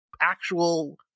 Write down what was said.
actual